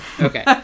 Okay